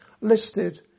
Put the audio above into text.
listed